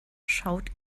schaut